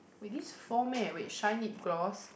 wait this four meh with shine lip gloss